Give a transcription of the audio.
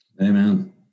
Amen